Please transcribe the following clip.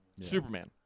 Superman